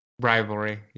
rivalry